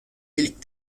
ilk